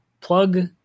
plug